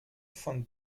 von